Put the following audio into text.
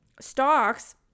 stocks